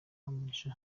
kamugisha